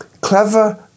clever